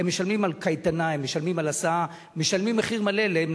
הם משלמים על קייטנה,